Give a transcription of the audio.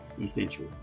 essential